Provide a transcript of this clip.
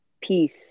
peace